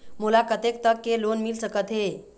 मोला कतेक तक के लोन मिल सकत हे?